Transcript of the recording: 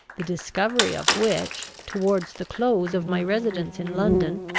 the discovery of which, towards the close of my residence in london,